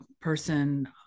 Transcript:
person